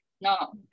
no